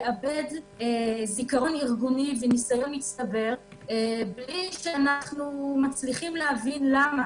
זה לאבד זיכרון ארגוני וניסיון מצטבר בלי שאנחנו מצליחים להבין למה.